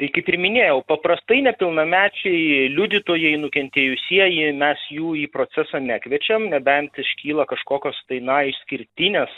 tai kaip ir minėjau paprastai nepilnamečiai liudytojai nukentėjusieji mes jų į procesą nekviečiam nebent iškyla kažkokios tai na išskirtinės